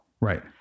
Right